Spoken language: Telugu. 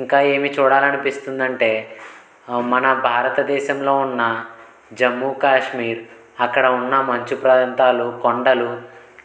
ఇంకా ఏమి చూడాలనిపిస్తుందంటే మన భారతదేశంలో ఉన్న జమ్ము కాశ్మీర్ అక్కడ ఉన్న మంచు ప్రాంతాలు కొండలు